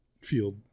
field